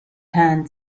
hand